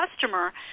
customer